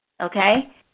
okay